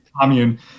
commune